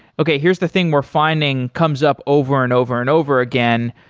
okay. here's the thing we're finding comes up over and over and over again.